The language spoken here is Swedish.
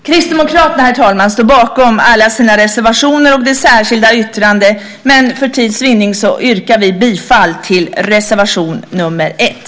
Kristdemokraterna, herr talman, står bakom alla sina reservationer och det särskilda yttrandet. För tids vinning yrkar jag dock bifall bara till reservation nr 1.